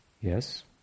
Yes